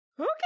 Okay